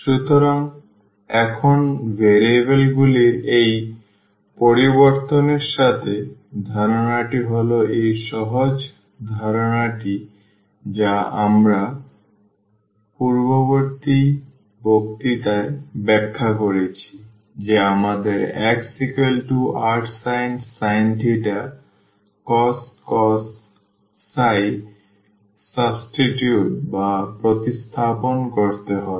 সুতরাং এখন ভেরিয়েবলগুলির এই পরিবর্তনের সাথে ধারণাটি হল এই সহজ ধারণাটি যা আমরা পূর্ববর্তী বক্তৃতায় ব্যাখ্যা করেছি যে আমাদের xrsin cos প্রতিস্থাপন করতে হবে